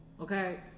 Okay